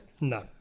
No